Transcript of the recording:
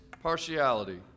Partiality